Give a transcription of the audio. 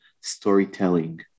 storytelling